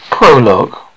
Prologue